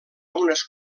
unes